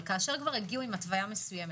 אבל כאשר הגיעו עם התוויה מסוימת,